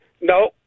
No